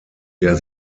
der